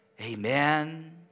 Amen